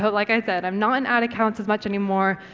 so like i said, i'm not in ad accounts as much anymore,